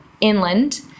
inland